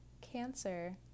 Cancer